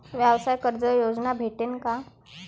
व्यवसाय कर्ज योजना भेटेन का?